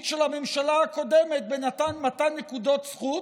של הממשלה הקודמת במתן נקודות זכות,